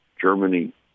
Germany